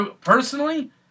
personally